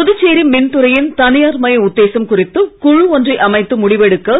புதுச்சேரி மின்துறையின் தனியார்மய உத்தேசம் குறித்து குழு ஒன்றை அமைத்து முடிவெடுக்க